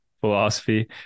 philosophy